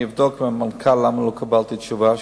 אני אבדוק עם המנכ"ל למה לא קיבלת תשובה.